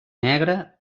negre